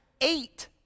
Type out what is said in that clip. eight